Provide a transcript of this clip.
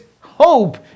hope